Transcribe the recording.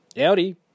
Audi